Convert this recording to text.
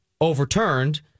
overturned